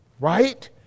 right